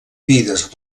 vides